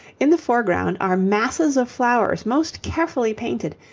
in the foreground are masses of flowers most carefully painted,